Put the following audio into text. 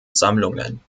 sammlungen